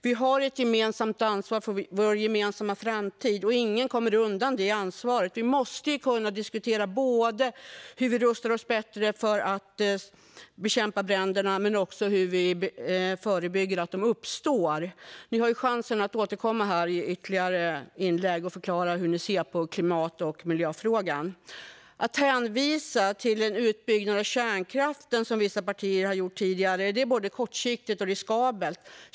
Vi har ett gemensamt ansvar för vår gemensamma framtid, och ingen kommer undan det ansvaret. Vi måste kunna diskutera både hur vi rustar oss bättre för att bekämpa bränderna och hur vi förebygger att de uppstår. Ni har chansen att återkomma här i ytterligare inlägg och förklara hur ni ser på klimat och miljöfrågan. Att hänvisa till en utbyggnad av kärnkraften, som vissa partier har gjort tidigare, är både kortsiktigt och riskabelt.